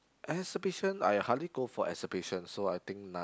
exhibition I hardly go for exhibition so I think none